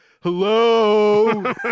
Hello